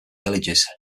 villages